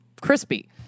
crispy